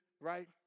right